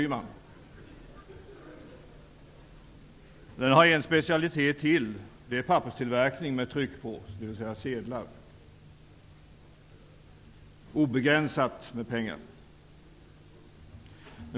Den har ytterligare en specialitet, nämligen tillverkning av papper med tryck på, dvs. sedlar, obegränsat med pengar.